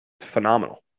phenomenal